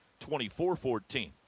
24-14